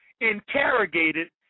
interrogated